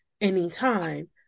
anytime